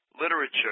literature